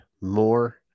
more